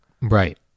Right